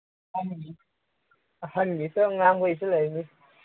ꯑꯍꯟꯒꯤꯁꯨ ꯑꯉꯥꯡ ꯍꯣꯏꯁꯨ ꯂꯩꯕꯅꯤ